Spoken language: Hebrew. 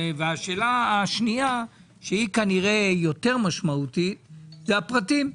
השאלה השנייה שהיא כנראה יותר משמעותית היא הפרטים.